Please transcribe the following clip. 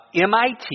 MIT